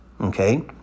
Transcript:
Okay